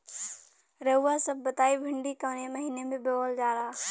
रउआ सभ बताई भिंडी कवने महीना में बोवल जाला?